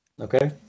Okay